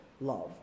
love